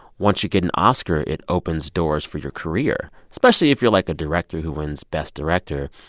once you get an oscar, it opens doors for your career, especially if you're, like, a director who wins best director.